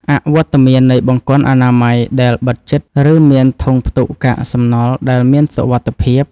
អវត្តមាននៃបង្គន់អនាម័យដែលបិទជិត ឬមានធុងផ្ទុកកាកសំណល់ដែលមានសុវត្ថិភាព